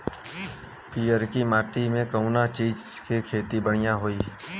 पियरकी माटी मे कउना चीज़ के खेती बढ़ियां होई?